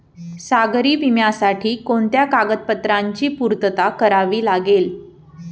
सागरी विम्यासाठी कोणत्या कागदपत्रांची पूर्तता करावी लागते?